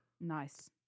Nice